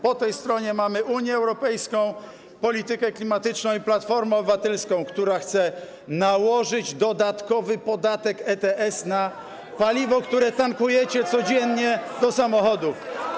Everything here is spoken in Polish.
Po tej stronie mamy Unię Europejską, politykę klimatyczną i Platformę Obywatelską, która chce nałożyć dodatkowy podatek ETS na paliwo, które tankujecie codziennie do samochodów.